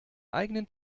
eigenen